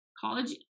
college